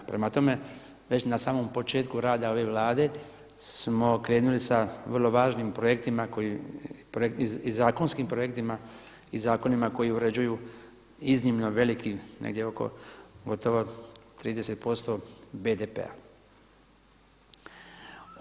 Prema tome, već na samom početku rada ove Vlade smo krenuli s važnim projektima, i zakonskim projektima i zakonima koji uređuju iznimno veliki negdje oko gotovo 30 posto BDP-a.